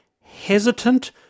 hesitant